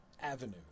avenue